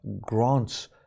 grants